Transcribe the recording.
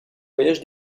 voyage